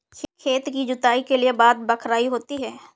खेती की जुताई के बाद बख्राई होती हैं?